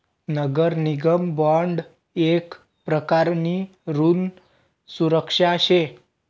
नगर निगम बॉन्ड येक प्रकारनी ऋण सुरक्षा शे